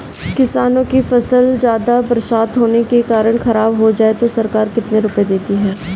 किसानों की फसल ज्यादा बरसात होने के कारण खराब हो जाए तो सरकार कितने रुपये देती है?